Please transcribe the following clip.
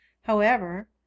However—